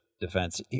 Defense